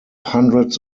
hundreds